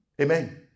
Amen